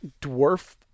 dwarf